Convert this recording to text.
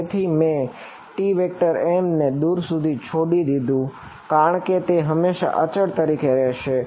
તેથી મેં Tm ને દૂર સુધી છોડી દીધું કારણ કે તે હંમેશા ત્યાં અચળ તરીકે રહેશે